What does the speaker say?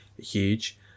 huge